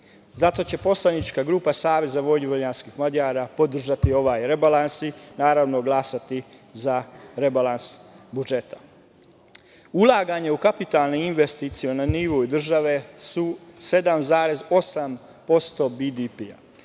Zato će poslanička grupa Savez vojvođanskih Mađara podržati ovaj rebalans i, naravno, glasati za rebalans budžeta. Ulaganje u kapitalne investicije na nivou države su 7,8% BDP,